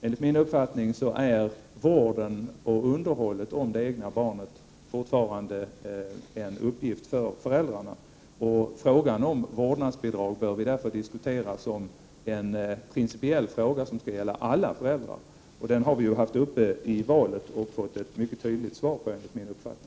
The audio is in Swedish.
Enligt min mening är vården och underhållet av det egna barnet fortfarande en uppgift för föräldrarna. Frågan om vårdnadsbidrag bör vi därför diskutera som en principiell fråga som skall gälla alla föräldrar. Den har vi ju haft uppe i valet och fått ett mycket tydligt svar på enligt min uppfattning.